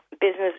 business